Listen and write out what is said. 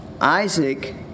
Isaac